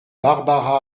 barbara